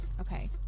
Okay